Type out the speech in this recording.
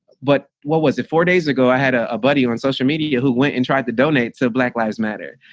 but what was it four days ago, i had a ah buddy on social media who went and tried to donate to so black lives matter.